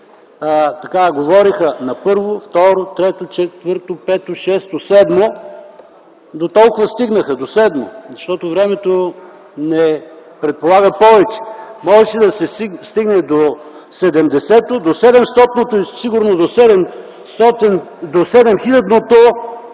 Те говореха: първо, второ, трето, четвърто, пето, шесто, седмо. Дотолкова стигнаха - до седмо, защото времето не позволява повече. Можеше да се стигне до седемдесетата, до седемстотната и сигурно до седем хилядната